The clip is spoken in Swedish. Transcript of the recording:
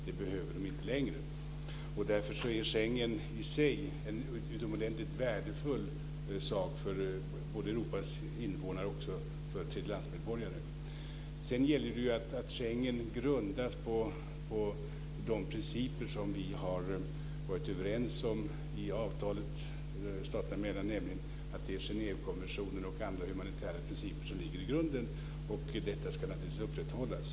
Det behöver de inte längre. Därför är Schengensamarbetet utomordentligt värdefullt både för EU:s invånare och för tredjelandsmedborgare. Det gäller därutöver att Schengen grundas på de principer som vi har varit överens om i avtalet staterna emellan, nämligen att Genèvekonventionen och andra humanitära principer ska tillämpas. Detta ska naturligtvis upprätthållas.